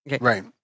Right